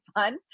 fun